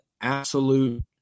absolute